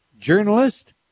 journalist